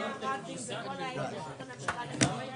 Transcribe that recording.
בימי